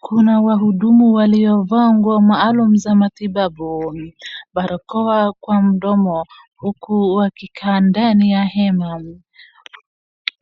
Kuna wahudumu waliovaa nguo maalum za matibabu, barakoa kwa mdomo huku wakikaa ndani ya hema.